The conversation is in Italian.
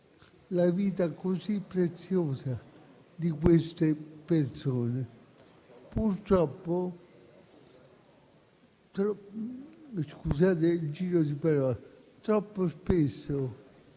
la vita così preziosa di queste persone. Purtroppo - scusate il giro di parole - troppo spesso,